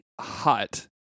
hot